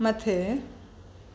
मथे